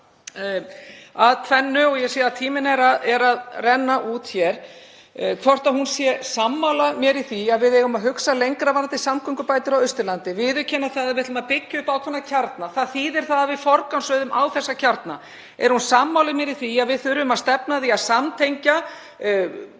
ráðherra að tvennu, en ég sé að tíminn er að renna út. Er hún sammála mér í því að við eigum að hugsa lengra varðandi samgöngubætur á Austurlandi, viðurkenna það að við ætlum að byggja upp ákveðna kjarna? Það þýðir að við forgangsröðum á þessa kjarna. Er hún sammála mér í því að við þurfum að stefna að því að samtengja